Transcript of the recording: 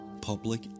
Public